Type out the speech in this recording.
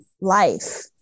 life